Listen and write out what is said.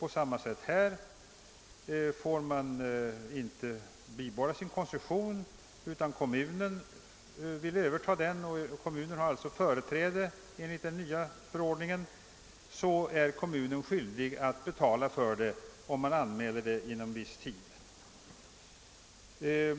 På samma sätt här; får man inte bibehålla sin koncession utan kommunen vill överta den — och kommunen har alltså företräde enligt den nya förordningen — så är kommunen skyldig att betala för det om man anmäler det inom viss tid.